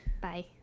Bye